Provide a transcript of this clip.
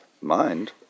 Mind